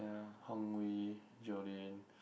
ya Hong-Wei Jolyn